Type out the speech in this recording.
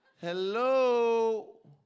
Hello